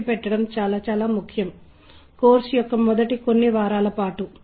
కాబట్టి సంగీతం మీకు ఆ మార్గములో సహాయపడుతుంది